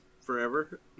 forever